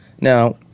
Now